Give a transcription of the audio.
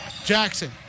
Jackson